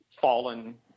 fallen